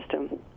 system